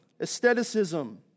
aestheticism